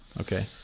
Okay